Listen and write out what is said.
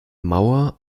mauer